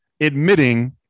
admitting